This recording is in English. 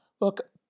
Look